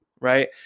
Right